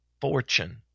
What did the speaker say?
fortune